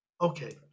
okay